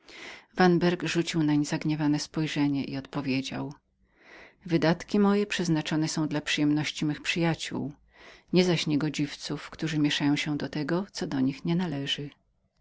wydatki vanberg rzucił na księcia zagniewane spojrzenie i odpowiedział wydatki moje przeznaczone są dla przyjemności mych przyjaciół nie zaś niegodziwców którzy mieszają się do tego co do nich nie należy